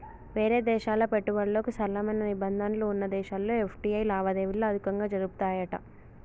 వేరే దేశాల పెట్టుబడులకు సరళమైన నిబంధనలు వున్న దేశాల్లో ఎఫ్.టి.ఐ లావాదేవీలు అధికంగా జరుపుతాయట